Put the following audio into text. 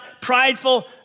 prideful